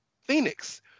Phoenix